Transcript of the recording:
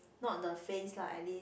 not the face lah at least